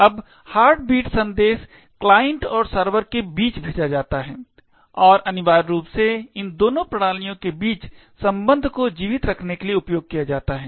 अब हार्टबीट संदेश क्लाइंट और सर्वर के बीच भेजा जाता है और अनिवार्य रूप से इन दोनों प्रणालियों के बीच सम्बन्ध को जीवित रखने के लिए उपयोग किया जाता है